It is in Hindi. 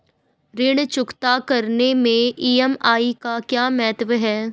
ऋण चुकता करने मैं ई.एम.आई का क्या महत्व है?